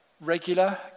regular